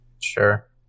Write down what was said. sure